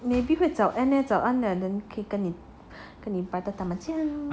maybe 会早 end leh 会跟你会跟你 brother 打麻将